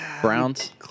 Browns